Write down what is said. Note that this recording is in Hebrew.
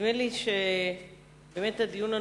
נדמה לי שהדיון הנוכחי,